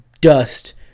dust